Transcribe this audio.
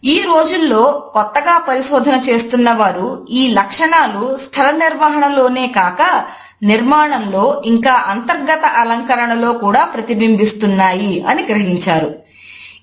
ఈ రోజుల్లో కొత్తగా పరిశోధన చేస్తున్నవారు ఈ లక్షణాలు స్థల నిర్వహణ లోనే కాక నిర్మాణంలో ఇంకా అంతర్గత అలంకరణలో కూడా ప్రతిబింబిస్తున్నాయి అని గ్రహించారు